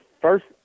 first